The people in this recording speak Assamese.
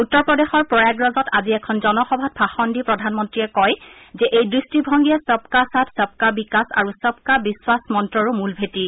উত্তৰ প্ৰদেশৰ প্ৰয়াগৰাজত আজি এখন জনসভাত ভাষণ দি প্ৰধানমন্ত্ৰীয়ে কয় যে এই দৃষ্টিভংগীয়ে সবকা সাথ সবকা বিকাশ আৰু সবকা বিশ্বাস মন্তৰো মূল ভেঁটি